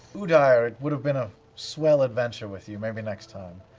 udire, it would have been a swell adventure with you, maybe next time.